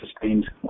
sustained